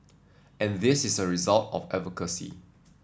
and this is a result of advocacy